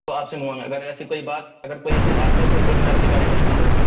تو آپ سے منگوائیں گے اگر ایسی کوئی بات اگر کوئی ایسی بات ہے تو پھر میں اپنی گاڑی بھیج دوں گا